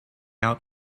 out